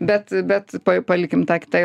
bet bet pa palikim tą kitai